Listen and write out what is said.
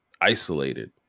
isolated